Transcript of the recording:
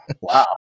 Wow